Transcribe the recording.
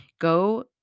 go